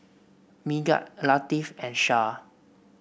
Megat Latif and Shah